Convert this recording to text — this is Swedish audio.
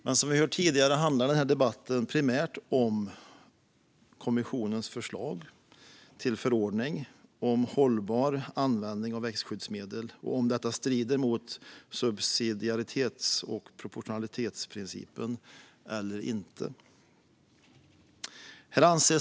Men som vi har hört tidigare handlar debatten primärt om kommissionens förslag till förordning om hållbar användning av växtskyddsmedel och ifall detta strider mot subsidiaritets och proportionalitetsprincipen eller inte.